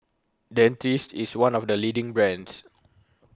Dentiste IS one of The leading brands